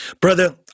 brother